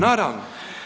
naravno.